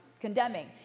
condemning